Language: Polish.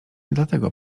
dlatego